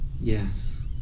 yes